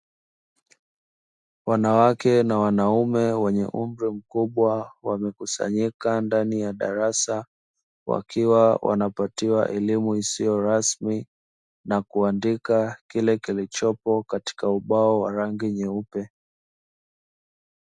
Wanawake na wanaume wenye umri mkubwa, wamekusanyika ndani ya darasa; wakiwa wanapatiwa elimu isiyo rasmi na kuandika kile kilichopo katika ubao wa rangi nyeupe.